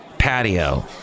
patio